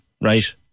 right